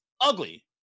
Ugly